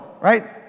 right